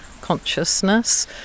consciousness